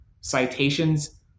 citations